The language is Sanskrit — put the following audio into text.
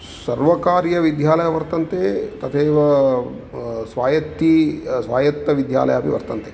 सर्वकारीयविद्यालयाः वर्तन्ते तदेव स्वायत्त स्वायत्त विद्यालयाः अपि वर्तन्ते